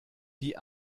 die